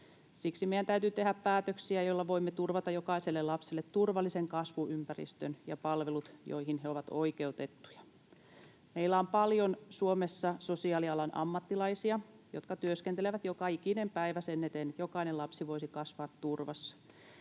Siksi meidän täytyy tehdä päätöksiä, joilla voimme turvata jokaiselle lapselle turvallisen kasvuympäristön ja palvelut, joihin he ovat oikeutettuja. Meillä on Suomessa paljon sosiaalialan ammattilaisia, jotka työskentelevät joka ikinen päivä sen eteen, että jokainen lapsi voisi kasvaa turvassa,